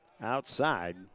Outside